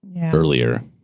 earlier